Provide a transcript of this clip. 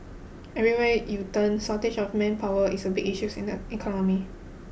everywhere you turn shortage of manpower is a big issues in the economy